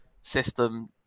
system